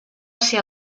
ser